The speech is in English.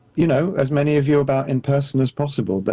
you know, as many of you about in person as possible, but